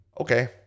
okay